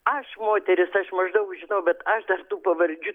aš moteris aš maždaug žinau bet aš dar tų pavardžių